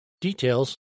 Details